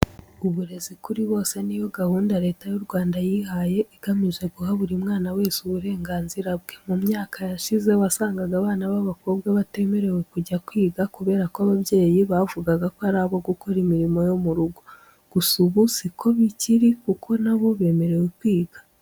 Uburezi kuri bose ni yo gahunda Leta y'u Rwanda yihaye igamije guha buri mwana wese uburenganzira bwe. Mu myaka yashize wasangaga abana b'abakobwa batemerewe kujya kwiga kubera ko ababyeyi bavugaga ko ari abo gukora imirimo yo mu rugo. Gusa ubu si ko bikiri kuko na bo bemerewe kwiga.